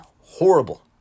Horrible